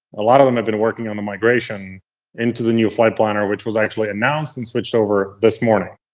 a lot of them have been working on the migration into the new flight planner, which was actually announced and switched over this morning.